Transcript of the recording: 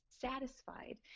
satisfied